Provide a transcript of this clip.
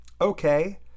okay